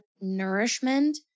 nourishment